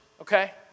okay